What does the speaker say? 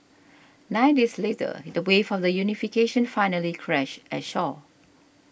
nine days later the waves of the unification finally crashed ashore